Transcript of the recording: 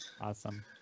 Awesome